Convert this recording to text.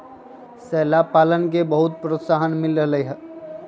शैवाल पालन के बहुत प्रोत्साहन मिल रहले है